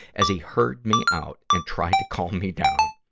as he heard me out and tried to calm me down.